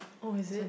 oh is it